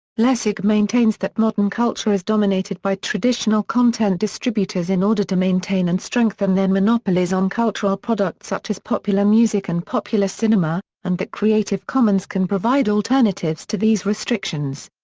lessig maintains that modern culture is dominated by traditional content distributors in order to maintain and strengthen their monopolies on cultural products such as popular music and popular cinema, and that creative commons can provide alternatives to these restrictions.